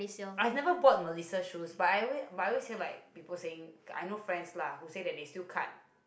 I have never bought Melissa shoes but I alwa~ I always hear like people saying I know friend lah who said that they still cut